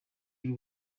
y’u